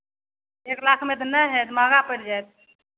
एक लाखमे तऽ नहि हैत महँगा पड़ि जायत